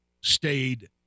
stayed